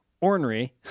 ornery